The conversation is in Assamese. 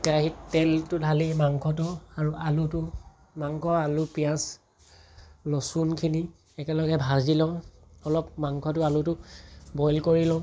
কেৰাহিত তেলটো ঢালি মাংসটো আৰু আলুটো মাংস আলু পিঁয়াজ ৰচুনখিনি একেলগে ভাজি লওঁ অলপ মাংসটো আলুটো বইল কৰি লওঁ